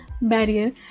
barrier